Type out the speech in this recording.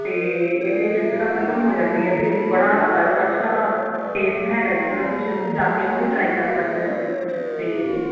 ਅਤੇ ਇੰਨੇ ਚਿਰ 'ਚ ਤਾਂ ਖਤਮ ਹੋ ਜਾਂਦੀ ਹੈ ਅਤੇ ਬੜਾ ਅ ਅੱਛਾ ਟੇਸਟ ਹੈਗਾ ਜੀ ਉਹਦਾ ਤੁਸੀਂ ਉੱਥੇ ਜਾ ਕੇ ਉਹ ਵੀ ਟਰਾਈ ਕਰ ਸਕਦੇ ਹੋ ਅਤੇ